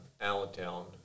Allentown